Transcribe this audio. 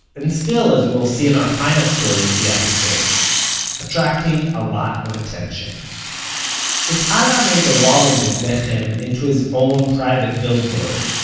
and still as will see in our final story of the episode attracting a lot of attention if ah alaa made the wall in bethlehem into his own private billboard,